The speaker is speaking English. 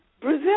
Brazil